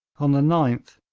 on the ninth,